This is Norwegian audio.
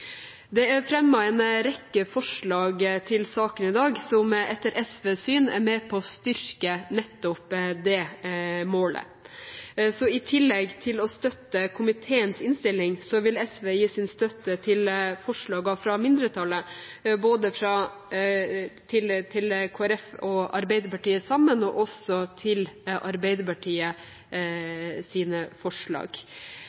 Det er fremmet en rekke forslag til saken i dag som etter SVs syn er med på å styrke nettopp det målet. Så i tillegg til å støtte komiteens innstilling vil SV gi sin støtte til forslagene fra mindretallet, både til forslagene som Arbeiderpartiet og Kristelig Folkeparti har sammen, og forslagene som Arbeiderpartiet